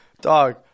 Dog